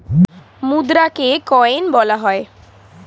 মুদ্রাকে coin বলা হয়